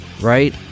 right